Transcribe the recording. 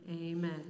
amen